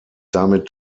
damit